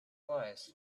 lies